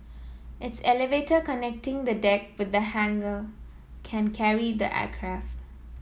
its elevator connecting the deck with the hangar can carry the aircraft